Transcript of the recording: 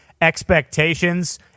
expectations